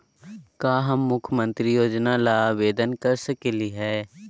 का हम मुख्यमंत्री योजना ला आवेदन कर सकली हई?